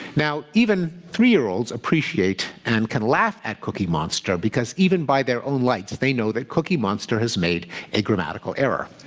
now, even, three-year-olds appreciate and can laugh at cookie monster, because even by their own lights, they know that cookie monster has made a grammatical error.